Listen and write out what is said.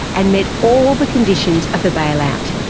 and met all the conditions of the bailout.